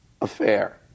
affair